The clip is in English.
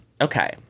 Okay